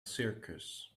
circus